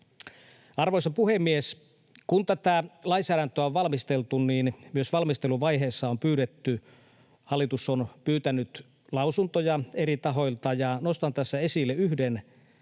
Arvoisa puhemies! Kun tätä lainsäädäntöä on valmisteltu, niin myös valmisteluvaiheessa hallitus on pyytänyt lausuntoja eri tahoilta, ja nostan tässä esille yhden